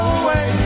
away